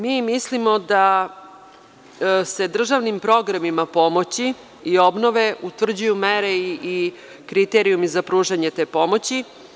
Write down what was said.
Mi mislimo da se državnim programima pomoći i obnove utvrđuju mere i kriterijumi za pružanje te pomoći.